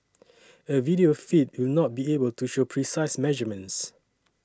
a video feed will not be able to show precise measurements